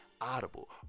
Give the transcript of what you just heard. audible